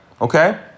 okay